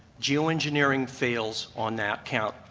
geo-engineering fails on that count.